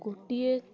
ଗୋଟିଏ